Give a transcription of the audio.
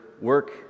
work